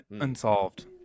unsolved